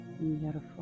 Beautiful